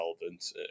relevance